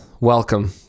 welcome